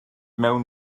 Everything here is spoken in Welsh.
mewn